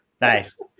Nice